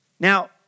Now